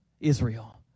Israel